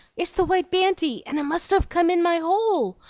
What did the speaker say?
it's the white banty, and it must have come in my hole!